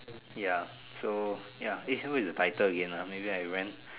ya so ya eh so what's the title again ah maybe i ran